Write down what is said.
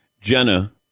Jenna